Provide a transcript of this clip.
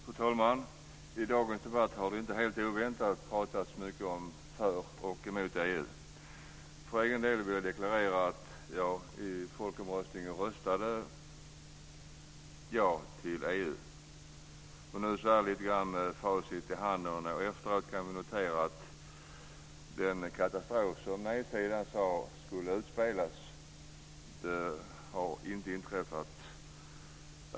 Fru talman! I dagens debatt har det inte helt oväntat pratats mycket om huruvida man är för eller emot EU. För egen del vill jag deklarera att jag i folkomröstningen röstade ja till EU. Med facit i hand, några år senare, kan vi notera att den katastrof som nej-sidan sade skulle inträffa inte har inträffat.